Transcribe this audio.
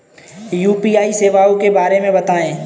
UPI सेवाओं के बारे में बताएँ?